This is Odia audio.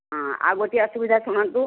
ହଁ ଆଉ ଗୋଟିଏ ଅସୁବିଧା ଶୁଣନ୍ତୁ